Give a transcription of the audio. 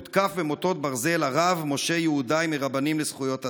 הותקף במוטות ברזל הרב משה יהודאי מרבנים לזכויות אדם,